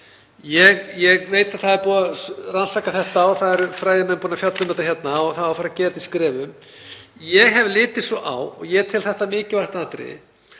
Ég veit að það er búið að rannsaka þetta og fræðimenn búnir að fjalla um þetta hérna og það á að fara að gera þetta í skrefum. Ég hef litið svo á, og ég tel þetta mikilvægt atriði,